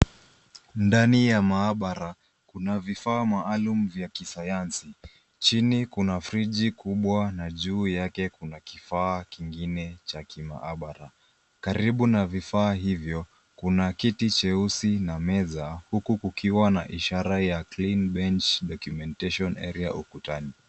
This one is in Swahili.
Ndani ya maabara, kuna vifaa maalum vya kisayansi. Chini kuna friji kubwa na juu yake kuna kifaa kingine cha kimaabara. Karibu na vifaa hivyo, kuna kiti cheusi na meza huku kukiwa na ishara ya clean bench documentation area ukutani.